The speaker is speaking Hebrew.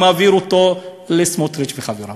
והוא מעביר אותו לסמוטריץ וחבריו.